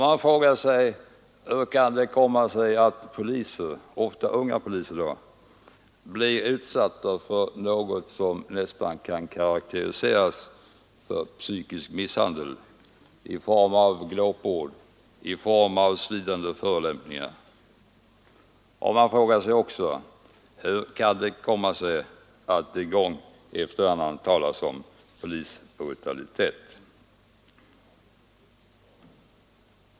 Hur kan det komma sig att poliser — ofta unga poliser — blir utsatta för något som nästan kan karakteriseras som psykisk misshandel i form av glåpord och svidande förolämpningar? Hur kan det komma sig att det gång efter annan talas om polisbrutalitet?